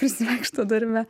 prisivaikšto darbe